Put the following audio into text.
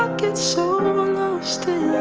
get so lost